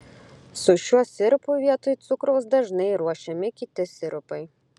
su šiuo sirupu vietoj cukraus dažnai ruošiami kiti sirupai